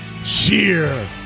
sheer